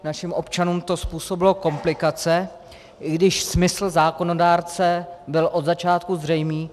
Našim občanům to způsobilo komplikace, i když smysl zákonodárce byl od začátku zřejmý.